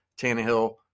Tannehill